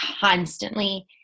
constantly